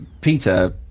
Peter